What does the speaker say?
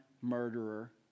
murderer